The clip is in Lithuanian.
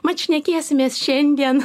mat šnekėsimės šiandien